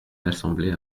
l’assemblée